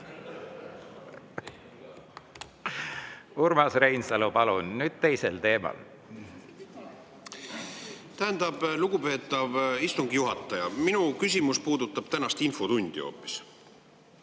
Urmas Reinsalu, palun, nüüd teisel teemal! Tähendab, lugupeetav istungi juhataja, minu küsimus puudutab tänast infotundi hoopis.